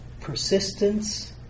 persistence